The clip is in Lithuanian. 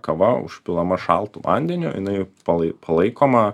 kava užpilama šaltu vandeniu jinai palai palaikoma